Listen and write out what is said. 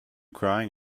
crying